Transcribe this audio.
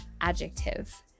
adjective